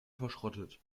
verschrottet